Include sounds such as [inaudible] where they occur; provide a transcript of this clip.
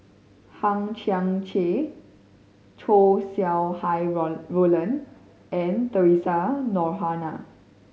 Hang Chang Chieh Chow Sau Hai [unintelligible] Roland and Theresa Noronha